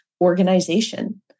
organization